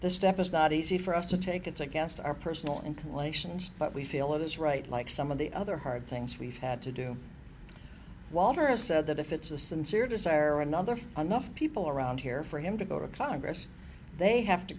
this step is not easy for us to take it's against our personal inclinations but we feel it is right like some of the other hard things we've had to do walter has said that if it's a sincere desire or another for enough people around here for him to go to congress they have to